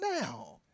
now